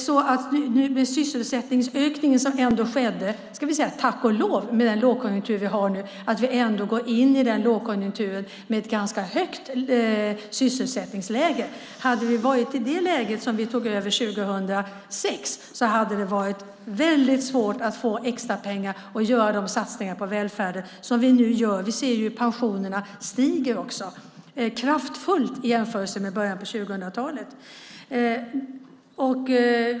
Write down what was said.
Tack och lov för den sysselsättningsökning som ändå skedde med tanke på den lågkonjunktur vi har. Vi går nu in i den lågkonjunkturen med ett ganska högt sysselsättningsläge. Om vi hade varit i det läge som var när vi tog över 2006 hade det varit mycket svårt att få extrapengar och kunna göra de satsningar på välfärden som vi nu gör. Vi ser hur pensionerna stiger kraftfullt i jämförelse med början av 2000-talet.